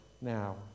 now